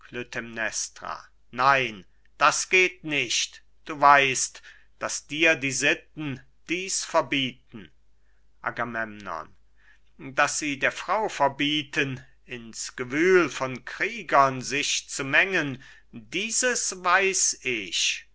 nein das geht nicht du weißt daß dir die sitten dies verbieten agamemnon daß sie der frau verbieten ins gewühl von kriegern sich zu mengen dieses weiß ich